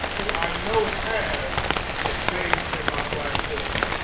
who i know have the bass in my black voice,